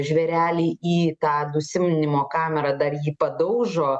žvėrelį į tą dusimnimo kamerą dar jį padaužo